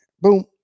boom